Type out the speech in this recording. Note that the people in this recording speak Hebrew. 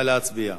נא להצביע.